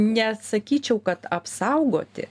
nesakyčiau kad apsaugoti